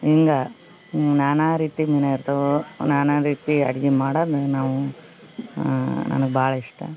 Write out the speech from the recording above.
ಹಿಂಗ ನಾನಾ ರೀತಿ ಮೀನು ಇರ್ತವು ನಾನಾ ರೀತಿಯ ಅಡ್ಗಿ ಮಾಡೋದು ನಾವು ನನ್ಗ ಭಾಳ್ ಇಷ್ಟ